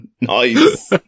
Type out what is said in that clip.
Nice